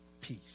peace